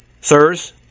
Sirs